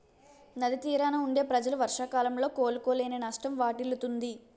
నది తీరాన వుండే ప్రజలు వర్షాకాలంలో కోలుకోలేని నష్టం వాటిల్లుతుంది